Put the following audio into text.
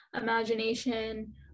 imagination